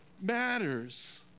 matters